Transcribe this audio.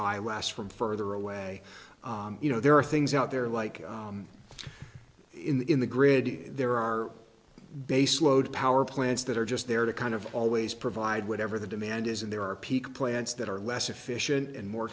last from further away you know there are things out there like in the grid there are baseload power plants that are just there to kind of always provide whatever the demand is and there are peak plants that are less efficient and more